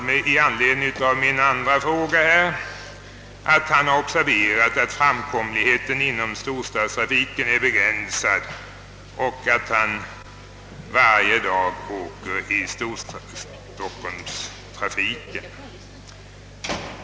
Med anledning av min andra fråga säger herr Palme att han har observerat att framkomligheten inom storstadstrafiken är begränsad och att han varje dag åker i storstadstrafiken.